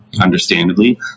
understandably